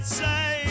say